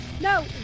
no